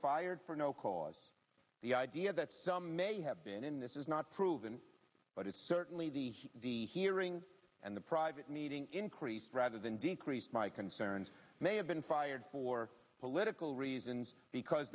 fired for no cause the idea that some may have been in this is not proven but it's certainly the hero and the private meeting increased rather than decreased my concerns may have been fired for political reasons because